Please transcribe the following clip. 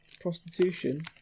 prostitution